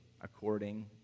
according